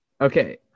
Okay